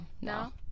No